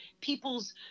People's